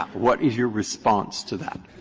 what is your response to that?